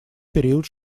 период